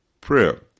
Prayer